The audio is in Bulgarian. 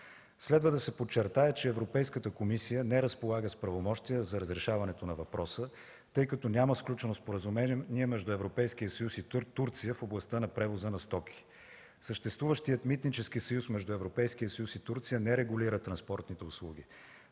Следва да се подчертае, че Европейската комисия не разполага с правомощия за разрешаването на въпроса, тъй като няма сключено споразумение между Европейския съюз и Турция в областта на превоза на стоки. Съществуващият Митнически съюз между Европейския съюз и Турция не регулира транспортните услуги.